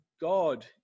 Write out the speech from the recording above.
God